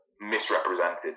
misrepresented